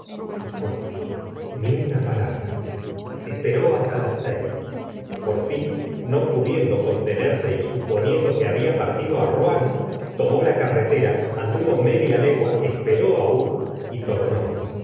y por qué ni una palabra esperó hasta las seis por fin no pudiendo contenerse y suponiendo que había partido á rouen tomó la carretera anduvo media legua esperó aún y tornó